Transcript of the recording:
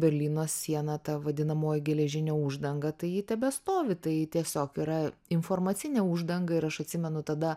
berlyno siena ta vadinamoji geležinė uždanga tai ji tebestovi tai tiesiog yra informacinė uždanga ir aš atsimenu tada